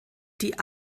die